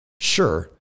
sure